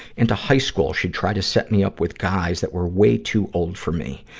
into high school, she'd try to set me up with guys that were way too old for me.